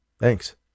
Thanks